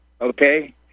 okay